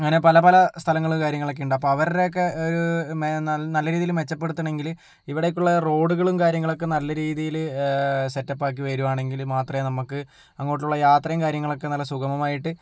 അങ്ങനെ പല പല സ്ഥലങ്ങള് കാര്യങ്ങളൊക്കെ ഉണ്ട് അപ്പോൾ അവരുടെ ഒക്കെ ഒര് നല്ല രീതിയിൽ മെച്ചപ്പെടുത്തണെങ്കില് ഇവിടേക്കുള്ള റോഡുകളും കാര്യങ്ങളൊക്കെ നല്ല രീതിയിൽ സെറ്റപ്പാക്കി വരികയാണെങ്കിൽ മാത്രമെ നമുക്ക് ഇങ്ങോട്ടുള്ള യാത്രയും കാര്യങ്ങളൊക്കെ നല്ല സുഗമമായിട്ട്